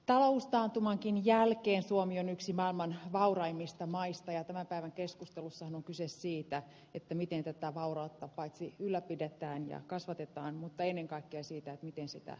taloustaantumankin jälkeen suomi on yksi maailman vauraimmista maista ja tämän päivän keskustelussa on kyse siitä että miten tätä vaurautta paitsi ylläpidetään ja kasvatetaan mutta ennen kaikkea siitä miten sitä